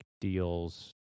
deals